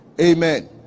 Amen